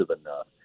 enough